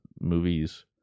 movies